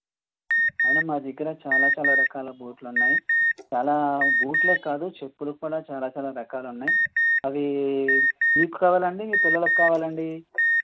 అయినా మా దగ్గర చాలా చాలా రకాల బూట్లు ఉన్నాయి చాలా బూట్లే కాదు చెప్పులు కూడా చాలా చాలా రకాలున్నాయి అవి మీకు కావాలండి మీ పిల్లలకు కావాలండి